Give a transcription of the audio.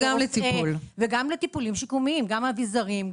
לרפוא וגם לטיפולים שיקומיים גם אביזרים,